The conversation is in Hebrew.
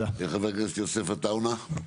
חבר הכנסת יוסף עטאונה.